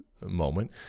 moment